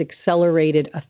accelerated